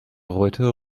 reuter